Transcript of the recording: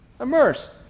immersed